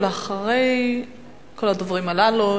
ולאחר כל הדוברים הללו,